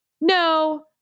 no